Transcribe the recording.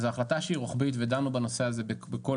וזאת החלטה שהיא רוחבית ודנו בנושא הזה בכל